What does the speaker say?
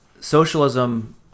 socialism